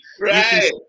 Right